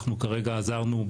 אנחנו כרגע עזרנו,